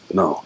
no